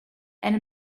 and